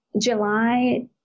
July